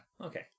okay